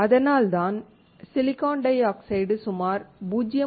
அதனால்தான் SiO2 சுமார் 0